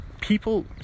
people